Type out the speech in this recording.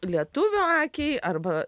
lietuvio akiai arba